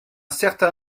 certain